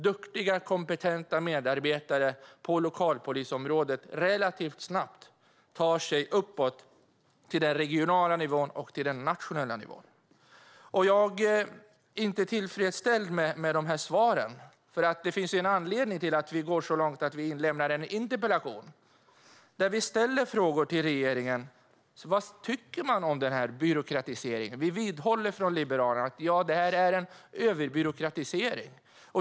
Duktiga kompetenta medarbetare på lokalpolisområdet tar sig relativt snabbt uppåt till den regionala nivån och till den nationella nivån. Jag är inte tillfreds med svaren. Det finns en anledning till att det lämnas in en interpellation. Vi frågar vad regeringen tycker om byråkratiseringen. Vi liberaler vidhåller att det pågår en överbyråkratisering.